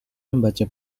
membaca